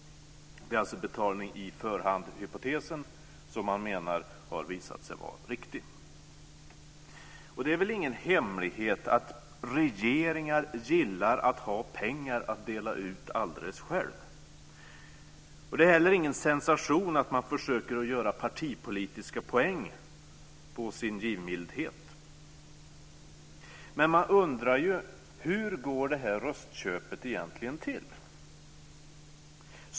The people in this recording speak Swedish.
Det är alltså betalning-iförhand-hypotesen som man menar har visat sig vara riktig. Det är väl ingen hemlighet att regeringar gillar att ha pengar att dela ut alldeles själva. Det är heller ingen sensation att man försöker att göra partipolitiska poäng på sin givmildhet. Men man undrar ju hur det här röstköpet går till.